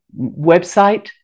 website